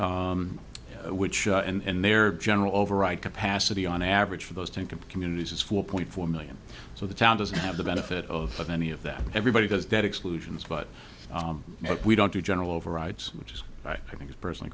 which and their general override capacity on average for those thinking communities is four point four million so the town doesn't have the benefit of any of them everybody has that exclusions but what we don't do general overrides which is i think personally